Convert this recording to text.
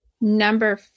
Number